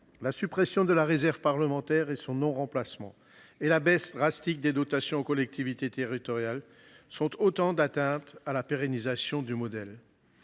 la suppression de la réserve parlementaire et son non remplacement, ainsi que la baisse radicale des dotations aux collectivités territoriales sont autant d’atteintes à la pérennisation du modèle.